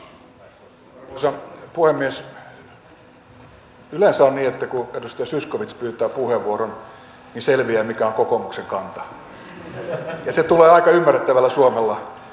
yleensä on niin että kun edustaja zyskowicz pyytää puheenvuoron niin selviää mikä on kokoomuksen kanta ja se tulee aika ymmärrettävällä suomella